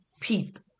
people